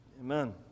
Amen